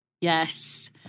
Yes